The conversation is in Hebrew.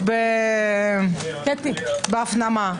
הבירור הזה